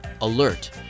alert